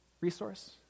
resource